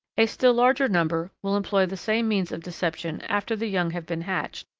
a still larger number will employ the same means of deception after the young have been hatched,